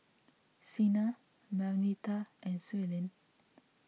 Sina Marnita and Suellen